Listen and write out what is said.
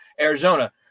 Arizona